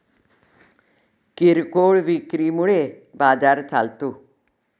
किरकोळ विक्री मुळे बाजार चालतो